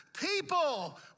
people